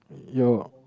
your